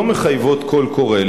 שלא מחייבות קול קורא.